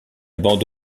bande